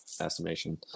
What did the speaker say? estimation